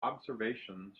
observations